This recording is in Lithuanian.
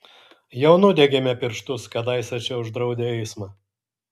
jau nudegėme pirštus kadaise čia uždraudę eismą